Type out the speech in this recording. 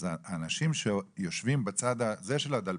אז האנשים שיושבים בצד הזה של הדלפק,